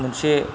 मोनसे